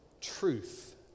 truth